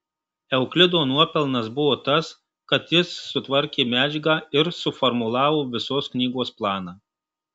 euklido nuopelnas buvo tas kad jis sutvarkė medžiagą ir suformulavo visos knygos planą